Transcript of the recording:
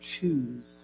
choose